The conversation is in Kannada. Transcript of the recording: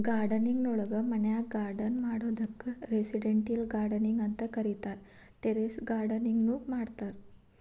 ಗಾರ್ಡನಿಂಗ್ ನೊಳಗ ಮನ್ಯಾಗ್ ಗಾರ್ಡನ್ ಮಾಡೋದಕ್ಕ್ ರೆಸಿಡೆಂಟಿಯಲ್ ಗಾರ್ಡನಿಂಗ್ ಅಂತ ಕರೇತಾರ, ಟೆರೇಸ್ ಗಾರ್ಡನಿಂಗ್ ನು ಮಾಡ್ತಾರ